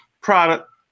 product